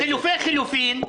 לחילופי חילופין,